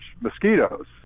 mosquitoes